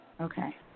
Okay